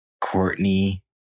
Courtney